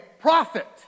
profit